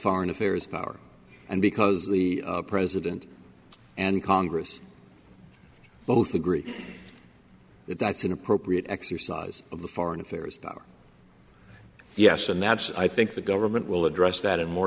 foreign affairs power and because the president and congress both agree that that's an appropriate exercise of the foreign affairs power yes and that's i think the government will address that in more